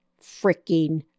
freaking